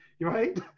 right